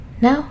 Now